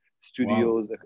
studios